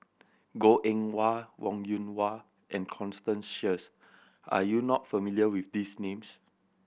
Goh Eng Wah Wong Yoon Wah and Constance Sheares are you not familiar with these names